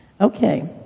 Okay